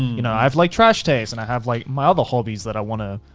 you know, i've like trash taste and i have like my other hobbies that i want to,